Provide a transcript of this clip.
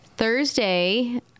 Thursday